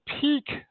peak